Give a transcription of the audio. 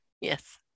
Yes